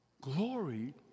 glory